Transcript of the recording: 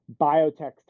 biotech